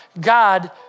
God